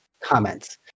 comments